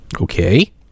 Okay